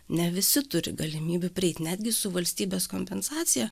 ne visi turi galimybių prieit netgi su valstybės kompensacija